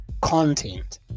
content